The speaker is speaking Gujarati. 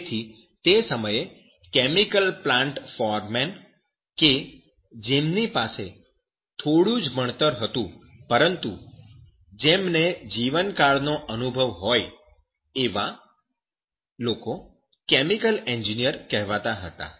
તેથી તે સમયે કેમિકલ પ્લાન્ટ ફોરમેન કે જેમની પાસે થોડું જ ભણતર હતું પરંતુ જેમનો જીવનકાળ નો અનુભવ હોય એવા લોકો કેમિકલ એન્જિનિયર કહેવાતા હતા